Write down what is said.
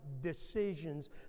decisions